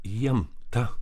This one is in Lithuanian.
jiem ta